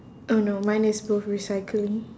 oh no mine is both recycling